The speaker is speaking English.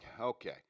Okay